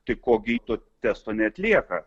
tai ko gi to testo neatlieka